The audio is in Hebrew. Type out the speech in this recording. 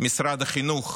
משרד החינוך,